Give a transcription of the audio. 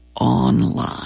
online